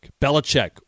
Belichick